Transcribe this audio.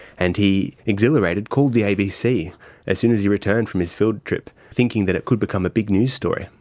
and he exhilarated, called the abc as soon as he returned from his field trip, thinking that it could become a big news story,